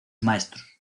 maestros